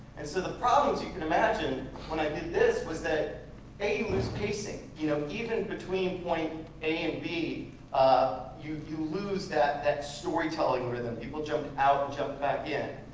and so the problem, as you can imagine, when i did this was that they lose pacing you know even between point a and b, ah you you lose that that storytelling rhythm. people jumped out and jumped back in.